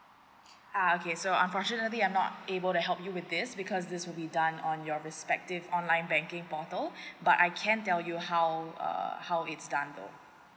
uh okay so unfortunately I'm not able to help you with this because this will be done on your respective online banking portal but I can tell you how err how it's done though